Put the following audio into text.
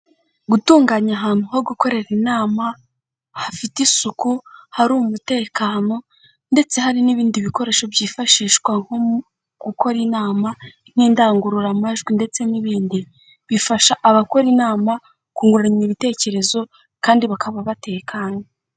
Gutunganya ahantu ho gukorera inama, hafite isuku, hari umutekano ndetse hari n'ibindi bikoresho byifashishwa nko mu gukora inama n'indangururamajwi ndetse n'ibindi bifasha abakora inama kungurana ibitekerezo kandi bakaba batekanye.